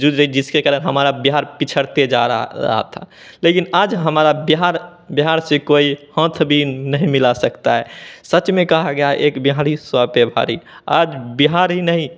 जो है जिसके कारण हमारा बिहार पिछड़ते जा रहा रहा था लेकिन आज हमारा बिहार बिहार से कोई हाथ भी नहीं मिला सकता है सच में कहा गया है एक बिहारी सौ पर भारी आज बिहार ही नहीं